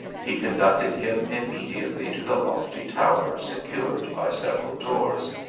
he conducted him immediately to the lofty tower secured by several doors,